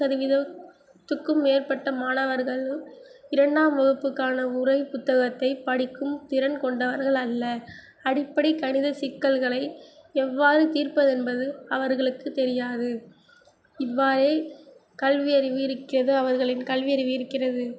சதவீதத்துக்கும் மேற்பட்ட மாணவர்களும் இரண்டாம் வகுப்புக்கான உரை புத்தகத்தை படிக்கும் திறன் கொண்டவர்கள் அல்ல அடிப்படை கணித சிக்கல்களை எவ்வாறு தீர்ப்பது என்பது அவர்களுக்கு தெரியாது இவ்வாறே கல்வியறிவு இருக்கிறது அவர்களின் கல்வியறிவு இருக்கிறது